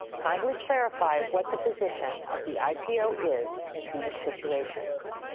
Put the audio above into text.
kindly clarify what the position of the ipo is in these situations.